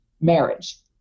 marriage